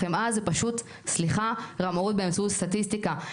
החמאה זה פשוט סליחה רמאות באמצעות סטטיסטיקה.